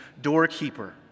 doorkeeper